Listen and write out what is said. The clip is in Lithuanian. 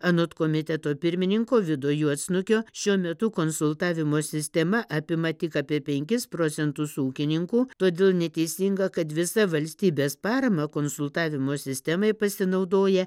anot komiteto pirmininko vido juodsnukio šiuo metu konsultavimo sistema apima tik apie penkis procentus ūkininkų todėl neteisinga kad visa valstybės parama konsultavimo sistemai pasinaudoja